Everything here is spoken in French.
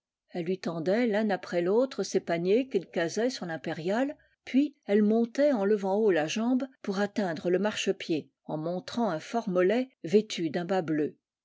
elle lui tendait l'un après l'autre ses paniers qu'il casait sur l'impériale puis elle montait en levant haut la jambe pour atteindre le marche-pied en montrant un fort mollet vêtu d'un bas bleu